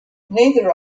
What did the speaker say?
neither